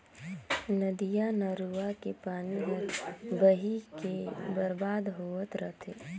नदिया नरूवा के पानी हर बही के बरबाद होवत रथे